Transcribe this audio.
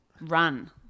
run